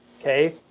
okay